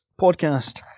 podcast